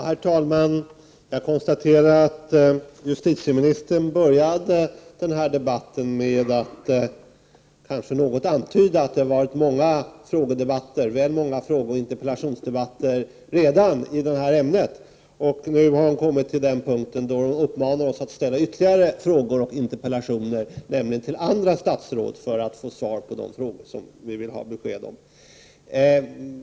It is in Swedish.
Herr talman! Jag konstaterar att justitieministern började debatten med att något antyda att det redan varit väl många frågeoch interpellationsdebatteridet här ämnet. Hon har nu kommit till den punkten att hon uppmanar oss att ställa ytterligare frågor och interpellationer till andra statsråd för att få svar på de frågor som vi vill ha besked om.